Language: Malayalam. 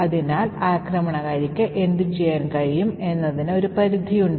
അതിനാൽ ആക്രമണകാരിക്ക് എന്തുചെയ്യാൻ കഴിയും എന്നതിന് ഒരു പരിധിയുണ്ട്